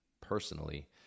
personally